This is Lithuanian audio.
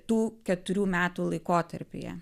tų keturių metų laikotarpyje